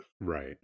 Right